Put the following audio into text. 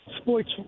sports